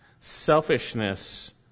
selfishness